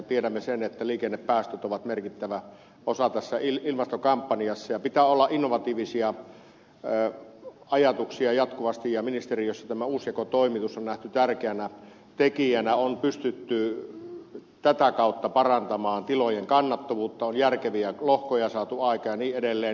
tiedämme sen että liikennepäästöt ovat merkittävä osa tässä ilmastokampanjassa ja pitää olla innovatiivisia ajatuksia jatkuvasti ja ministeriössä tämä uusjakotoimitus on nähty tärkeänä tekijänä on pystytty tätä kautta parantamaan tilojen kannattavuutta on järkeviä lohkoja saatu aikaan ja niin edelleen